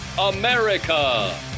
America